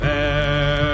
Fair